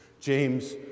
James